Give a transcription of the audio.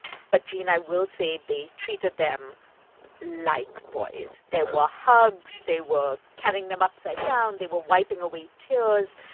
but gene, i will say they treated them like boys. there were hugs. they were carrying them upside down. they were wiping away tears.